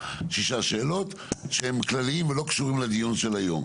שש שאלות שהן כלליות ולא קשורות לדיון של היום.